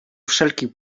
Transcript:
wszelkich